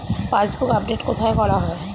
Passbook update কোথায় করা হয়?